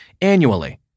annually